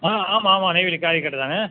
ஆ ஆமாம் ஆமாம்ங்க நெய்வேலி காய்கறி கடைதாங்க